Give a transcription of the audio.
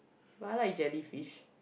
but I like jellyfish